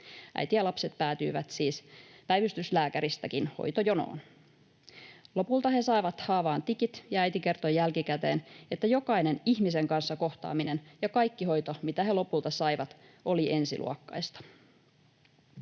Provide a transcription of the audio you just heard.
Äiti ja lapset päätyivät siis päivystyslääkäristäkin hoitojonoon. Lopulta he saivat haavaan tikit, ja äiti kertoi jälkikäteen, että jokainen ihmisen kanssa kohtaaminen ja kaikki hoito, mitä he lopulta saivat, oli ensiluokkaista.